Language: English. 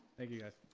thank you guys.